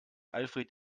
alfred